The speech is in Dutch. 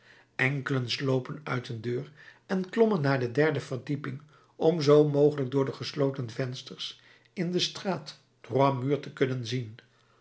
enkelen slopen uit een deur en klommen naar de derde verdieping om zoo mogelijk door de gesloten vensters in de straat droit mur te kunnen zien